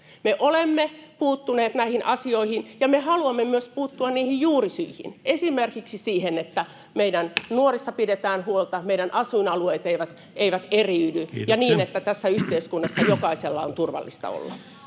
Me olemme puuttuneet näihin asioihin ja me haluamme myös puuttua niihin juurisyihin, esimerkiksi siihen, että meidän nuorista pidetään huolta, meidän asuinalueet eivät eriydy, [Puhemies huomauttaa ajasta] ja niin, että tässä yhteiskunnassa jokaisella on turvallista olla.